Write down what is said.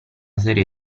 serie